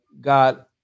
God